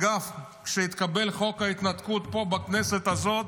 אגב, כשהתקבל חוק ההתנתקות, פה, בכנסת הזאת,